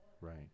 right